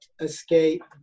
escape